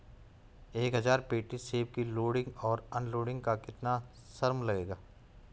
एक हज़ार पेटी सेब की लोडिंग और अनलोडिंग का कितना श्रम मिलेगा?